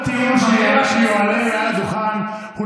כל טיעון כמעט שמועלה מעל הדוכן הוא